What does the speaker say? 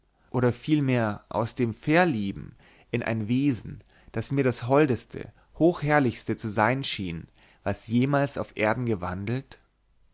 oder vielmehr aus dem verlieben in ein wesen das mir das holdeste hochherrlichste zu sein schien was jemals auf erden gewandelt